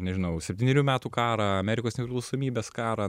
nežinau septynerių metų karą amerikos nepriklausomybės karą